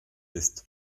ist